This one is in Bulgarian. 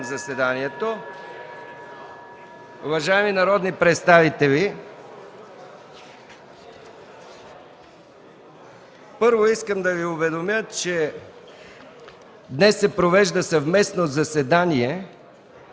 заседанието. (Звъни.) Уважаеми народни представители, първо искам да Ви уведомя, че днес се провежда съвместно заседание